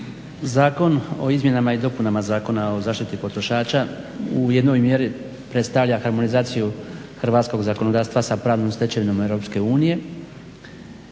Zakon o izmjenama i dopunama Zakona o zaštiti potrošača u jednoj mjeri predstavlja harmonizaciju hrvatskog zakonodavstva sa pravnom stečevinom EU i to u dijelu